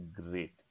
Great